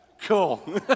Cool